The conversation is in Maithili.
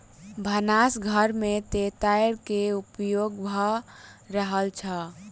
भानस घर में तेतैर के उपयोग भ रहल छल